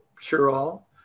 cure-all